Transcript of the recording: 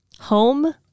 Home